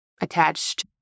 Attached